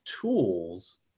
tools